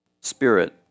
spirit